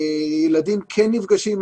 ילדים כן נפגשים.